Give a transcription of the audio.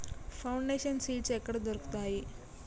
Foundation seeds ఎక్కడ దొరుకుతాయి?